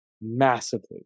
massively